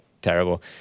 Terrible